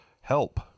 help